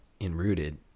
enrooted